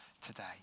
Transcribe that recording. today